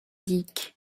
dijk